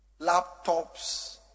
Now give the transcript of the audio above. laptops